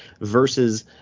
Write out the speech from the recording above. versus